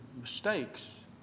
mistakes